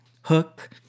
hook